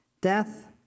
death